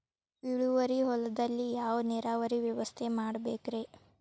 ಇಳುವಾರಿ ಹೊಲದಲ್ಲಿ ಯಾವ ನೇರಾವರಿ ವ್ಯವಸ್ಥೆ ಮಾಡಬೇಕ್ ರೇ?